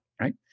right